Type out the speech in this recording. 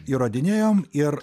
įrodinėjom ir